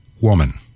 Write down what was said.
woman